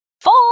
Four